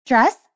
Dress